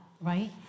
right